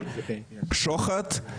שוחד,